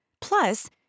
Plus